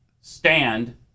stand